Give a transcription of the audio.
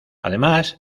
además